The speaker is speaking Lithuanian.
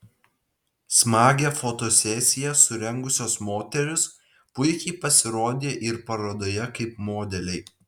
smagią fotosesiją surengusios moterys puikiai pasirodė ir parodoje kaip modeliai